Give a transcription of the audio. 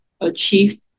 achieved